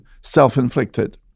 self-inflicted